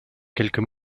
quelques